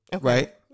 right